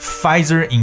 Pfizer